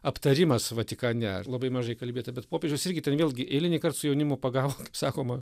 aptarimas vatikane labai mažai kalbėta bet popiežius irgi ten vėlgi eilinį kart su jaunimo pagalba kaip sakoma